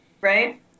right